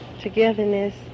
Togetherness